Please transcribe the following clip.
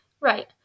Right